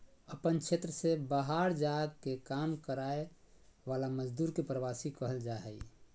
अपन क्षेत्र से बहार जा के काम कराय वाला मजदुर के प्रवासी कहल जा हइ